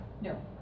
No